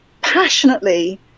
passionately